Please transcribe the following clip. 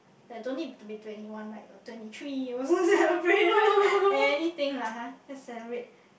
that no need to be twenty one right or twenty three also celebrate anything lah !huh! just celebrate